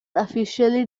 officially